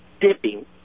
dipping